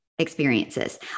Experiences